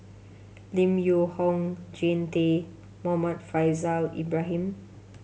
Lim Yew Hock Jean Tay Muhammad Faishal Ibrahim